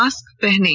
mask पहनें